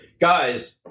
Guys